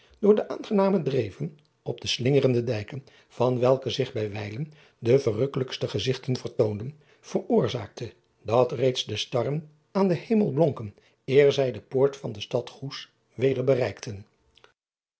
door de aangename dreven op de slingerende dijken van welke zich bij wijlen de verrukklijkste gezigten vertoonden veroorzaakte dat reeds de starren aan den hemel blonken eer zij de poort van de stad oes weder bereikten